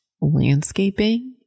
landscaping